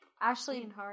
Ashley